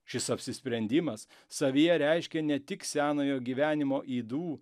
šis apsisprendimas savyje reiškia ne tik senojo gyvenimo ydų